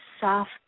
soft